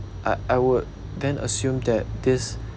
I I would then assume that this